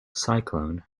cyclone